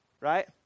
Right